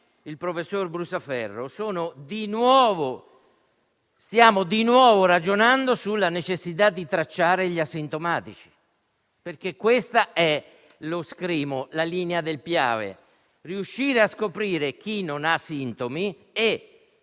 il professor Brusaferro. Oggi stiamo di nuovo ragionando sulla necessità di tracciare gli asintomatici, perché questo è lo scrimo, la linea del Piave: riuscire a scoprire chi non ha sintomi e